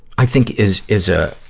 i think, is, is a,